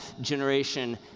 generation